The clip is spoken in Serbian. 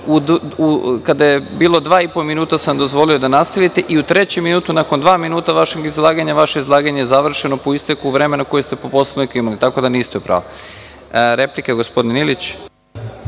Kada je bilo dva i po minuta, dozvolio sam vam da nastavite. I u trećem minutu, nakon dva minuta vašeg izlaganja, vaše izlaganje je završeno po isteku vremena koje ste po Poslovniku imali. Tako da niste u pravu. Reč ima narodni